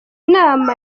nama